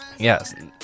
Yes